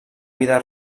vida